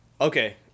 Okay